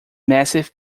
massive